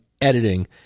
editing